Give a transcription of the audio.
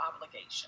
obligation